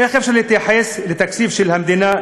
איך אפשר להתייחס לתקציב של המדינה,